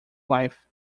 life